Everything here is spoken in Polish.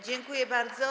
Dziękuję bardzo.